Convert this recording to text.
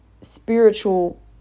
spiritual